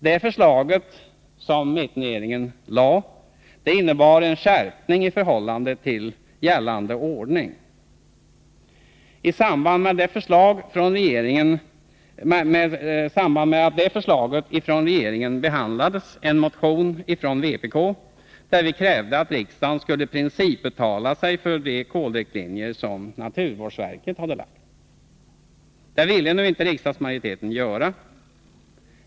Det förslag som mittenregeringen lade fram innebar en skärpning i förhållande till gällande ordning. I samband med detta förslag från regeringen behandlades en motion från vpk, där vi krävde att riksdagen skulle principuttala sig för de kolriktlinjer som naturvårdsverket dragit upp. Det ville nu inte riksdagsmajoriteten göra.